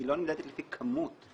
היא לא נמדדת לפי כמות.